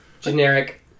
Generic